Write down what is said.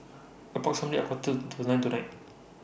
approximately A Quarter to nine tonight